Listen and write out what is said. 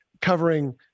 covering